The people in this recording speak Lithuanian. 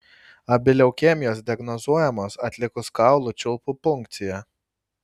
abi leukemijos diagnozuojamos atlikus kaulų čiulpų punkciją